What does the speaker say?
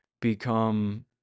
become